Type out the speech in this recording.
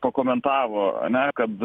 pakomentavo ane kad